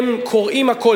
הן קוראות הכול,